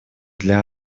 для